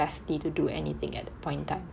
to do anything at the point in time